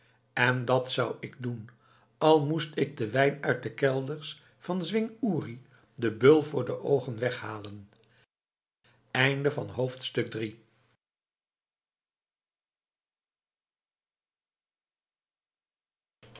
en dat zou ik doen al moest ik den wijn uit de kelders van zwing uri den beul voor de oogen weghalen